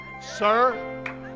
sir